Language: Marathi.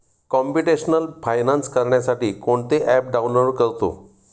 कॉम्प्युटेशनल फायनान्स करण्यासाठी कोणते ॲप डाउनलोड करतो